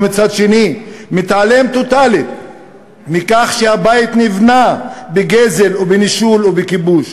ומצד שני מתעלם טוטלית מכך שהבית נבנה בגזל ובנישול ובכיבוש